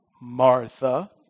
Martha